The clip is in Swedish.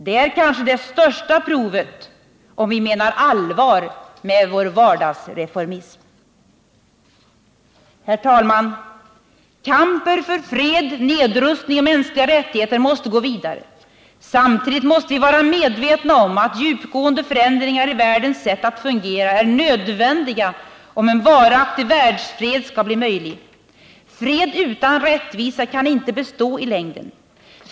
Det är kanske det största provet på om vi menar allvar med vår vardagsreformism. Herr talman! Kampen för fred, nedrustning och mänskliga rättigheter måste gå vidare. Samtidigt måste vi vara medvetna om att djupgående förändringar i världens sätt att fungera är nödvändiga, om en varaktig världsfred skall bli möjlig. Fred utan rättvisa kan inte bestå i längden.